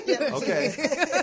Okay